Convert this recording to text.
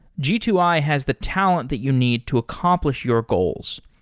g two i has the talent that you need to accomplish your goals.